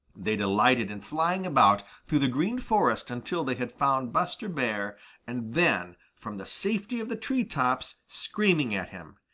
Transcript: they delighted in flying about through the green forest until they had found buster bear and then from the safety of the tree tops screaming at him.